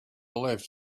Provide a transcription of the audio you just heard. left